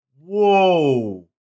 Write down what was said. Whoa